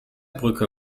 brücke